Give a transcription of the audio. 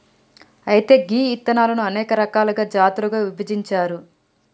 అయితే గీ ఇత్తనాలను అనేక రకాలుగా జాతులుగా విభజించారు